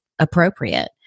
Appropriate